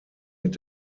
mit